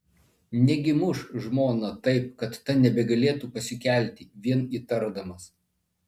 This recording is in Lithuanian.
negi muš žmoną taip kad ta nebegalėtų pasikelti vien įtardamas